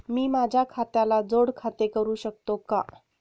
मी माझ्या खात्याला जोड खाते करू शकतो का?